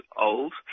old